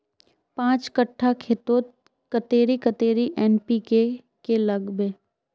पाँच कट्ठा खेतोत कतेरी कतेरी एन.पी.के के लागबे?